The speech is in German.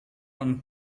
und